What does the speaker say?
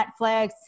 Netflix